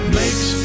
makes